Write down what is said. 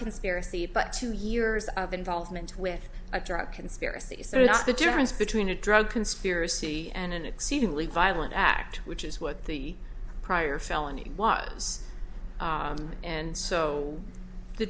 conspiracy but two years of involvement with a drug conspiracy so that's the difference between a drug conspiracy and an exceedingly violent act which is what the prior felony was and so the